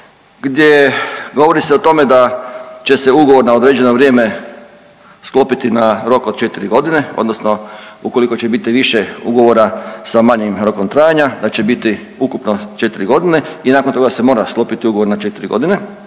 gdje govori se o tome da će se ugovor na određeno vrijeme sklopiti na rok od 4 godine odnosno ukoliko će biti više ugovora sa manjim rokom trajanja da će biti ukupno 4 godine i nakon toga se mora sklopiti ugovor na 4 godine